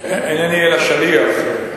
אינני אלא שליח.